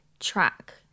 track